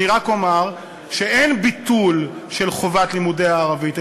אני רק אומר שאין ביטול של חובת לימודי הערבית,